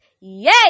Yay